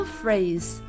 phrase